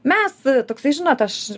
mes toksai žinot aš